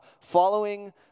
following